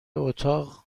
اتاق